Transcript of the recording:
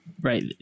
right